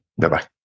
Bye-bye